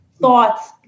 thoughts